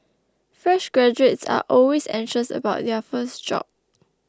fresh graduates are always anxious about their first job